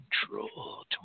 control